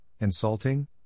insulting